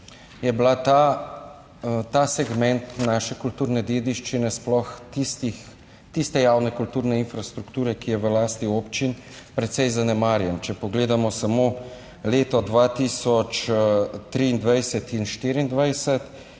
je bil ta segment naše kulturne dediščine, sploh tiste javne kulturne infrastrukture, ki je v lasti občin, precej zanemarjen. Če pogledamo samo leto 23 in 24